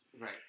Right